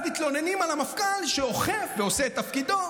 מתלוננים על המפכ"ל שאוכף ועושה את תפקידו,